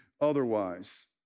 Otherwise